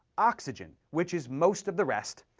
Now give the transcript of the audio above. oxygen, which is most of the rest,